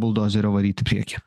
buldozerio varyt į priekį